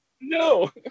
No